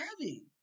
heavy